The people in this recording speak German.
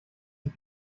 sie